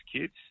kids